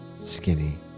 skinny